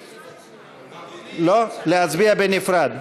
לא, להצביע בנפרד.